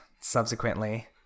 subsequently